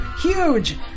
huge